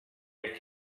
you’re